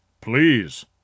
Please